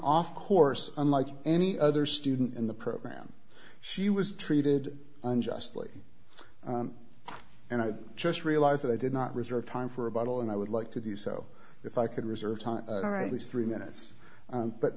off course unlike any other student in the program she was treated unjustly and i just realized that i did not reserve time for a bottle and i would like to do so if i could reserve time these three minutes